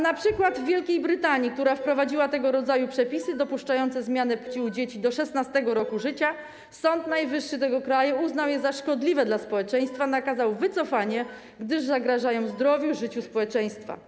Na przykład w Wielkiej Brytanii, która wprowadziła tego rodzaju przepisy dopuszczające zmianę płci u dzieci do 16. roku życia, Sąd Najwyższy tego kraju uznał je za szkodliwe dla społeczeństwa i nakazał wycofanie, gdyż zagrażają zdrowiu i życiu społeczeństwa.